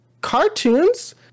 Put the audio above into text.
cartoons